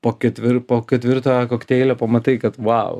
po ketvir po ketvirto kokteilio pamatai kad vau